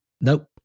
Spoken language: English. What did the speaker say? nope